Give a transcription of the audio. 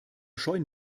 scheuen